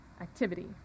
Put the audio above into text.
activity